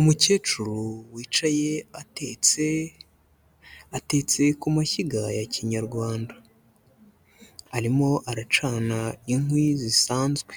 Umukecuru wicaye atetse. Atetse ku mashyiga ya kinyarwanda arimo aracana inkwi zisanzwe,